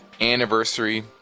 anniversary